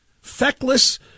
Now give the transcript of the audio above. feckless